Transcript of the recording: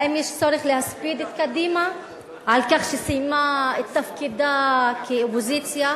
האם יש צורך להספיד את קדימה על כך שסיימה את תפקידה כאופוזיציה?